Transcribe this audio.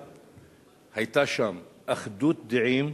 היתה שם אחדות דעים